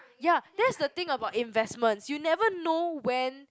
ya that's the thing about investment you never know when